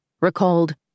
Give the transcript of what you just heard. recalled